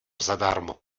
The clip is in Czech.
zadarmo